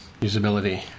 usability